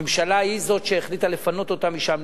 הממשלה היא שהחליטה לפנות אותם משם.